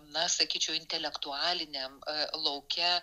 na sakyčiau intelektualiniam lauke